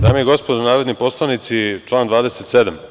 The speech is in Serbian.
Dame i gospodo narodni poslanici, član 27.